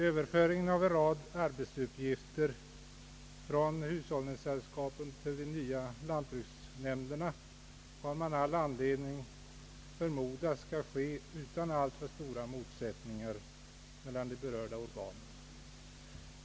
Överföringen av en rad arbetsuppgifter från hushållningssällskapen till de nya lantbruksnämnderna kommer att ske, det har man all anledning att förmoda, utan alltför stora motsättningar mellan de berörda organen.